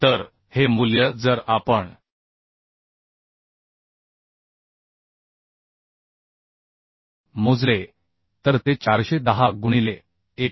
तर हे मूल्य जर आपण मोजले तर ते 410 गुणिले 1